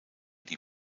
die